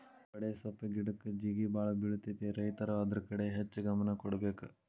ಬಡೆಸ್ವಪ್ಪ್ ಗಿಡಕ್ಕ ಜೇಗಿಬಾಳ ಬಿಳತೈತಿ ರೈತರು ಅದ್ರ ಕಡೆ ಹೆಚ್ಚ ಗಮನ ಕೊಡಬೇಕ